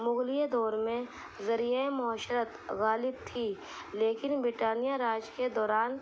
مغلیہ دور میں ذریعۂ معاشرت غالب تھی لیکن برطانیہ راج کے دوران